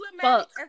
fuck